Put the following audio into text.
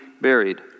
buried